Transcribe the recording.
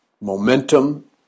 momentum